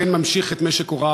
בן ממשיך את משק הוריו,